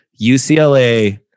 UCLA